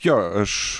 jo aš